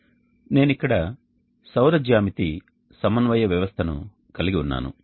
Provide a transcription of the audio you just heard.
నేను ఇక్కడ సౌర జ్యామితి సమన్వయ వ్యవస్థను కలిగి ఉన్నాను